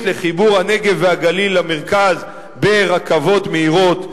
לחיבור הנגב והגליל למרכז ברכבות מהירות וכבישים.